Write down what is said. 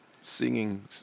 singing